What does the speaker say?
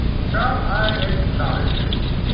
shall i acknowledge it?